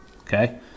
Okay